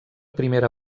primera